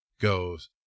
goes